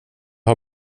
har